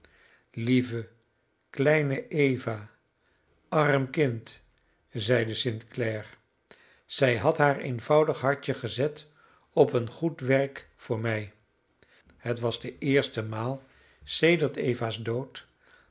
lieve kleine eva arm kind zeide st clare zij had haar eenvoudig hartje gezet op een goed werk voor mij het was de eerste maal sedert eva's dood